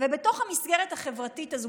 ובתוך המסגרת החברתית הזו,